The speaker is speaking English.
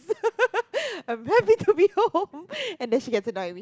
I'm happy to be home and she gets annoyed at me